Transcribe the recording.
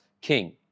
king